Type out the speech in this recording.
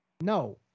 no